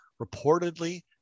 Reportedly